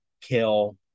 kill